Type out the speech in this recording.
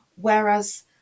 Whereas